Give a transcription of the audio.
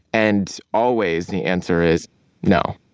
and always, the answer is no.